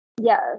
Yes